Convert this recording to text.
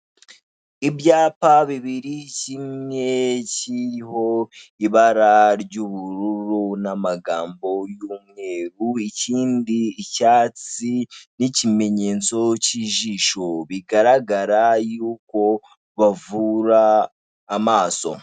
Ibyapa bibiri kimwe kiriho ibara ry'ubururu n'amagambo y'umweru, ikindi icyatsi n'ikimenyetso cy'ijisho, bigaragara yuko bavura amaso.